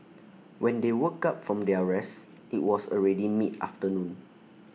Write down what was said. when they woke up from their rest IT was already mid afternoon